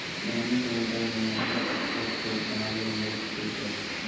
ग्रामीण समुदाय में महिला के सशक्त बनावे में मदद कइलके हइ